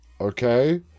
okay